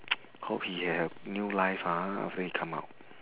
hope he have new life ha after he come out